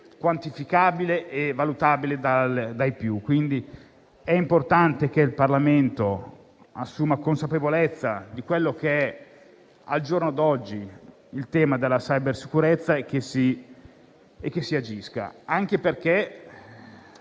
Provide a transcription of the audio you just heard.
quantificabile e valutabile dai più. È importante che il Parlamento assuma consapevolezza di ciò che è al giorno d'oggi la cybersicurezza e che si agisca anche perché